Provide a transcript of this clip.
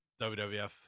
WWF